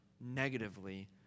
negatively